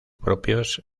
propios